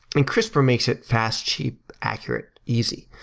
and crispr makes it fast, cheap, accurate, easy.